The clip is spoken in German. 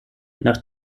nach